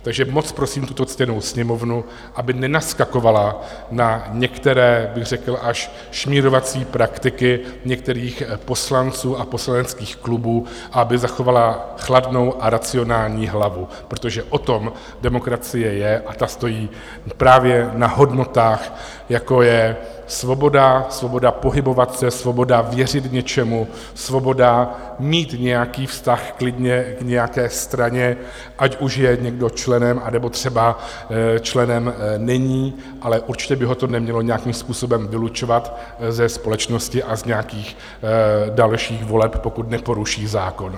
Takže moc prosím tuto ctěnou Sněmovnu, aby nenaskakovala na některé bych řekl až šmírovací praktiky některých poslanců a poslaneckých klubů, aby zachovala chladnou a racionální hlavu, protože o tom demokracie je, a ta stojí právě na hodnotách, jako je svoboda, svoboda pohybovat se, svoboda věřit něčemu, svoboda mít nějaký vztah klidně k nějaké straně, ať už je někdo členem, anebo třeba členem není, ale určitě by ho to nemělo nějakým způsobem vylučovat ze společnosti a z nějakých dalších voleb, pokud neporuší zákon.